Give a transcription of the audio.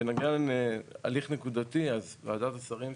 בנוגע להליך נקודתי, אז וועדת השרים,